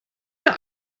der